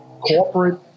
corporate